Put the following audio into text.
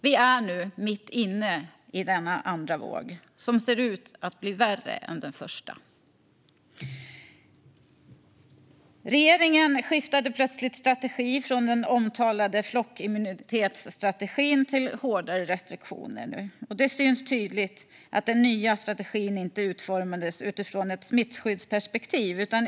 Vi är nu mitt i denna andra våg, som ser ut att bli värre än den första. Regeringen skiftade plötsligt strategi från den omtalade flockimmunitetsstrategin till hårdare restriktioner. Det syns tydligt att den nya strategin inte utformades utifrån ett smittskyddsperspektiv.